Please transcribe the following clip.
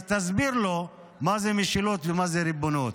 אז תסביר לו מה זה משילות ומה זה ריבונות.